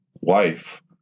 wife